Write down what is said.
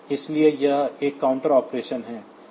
इसलिए यह एक काउंटर ऑपरेशन है